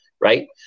Right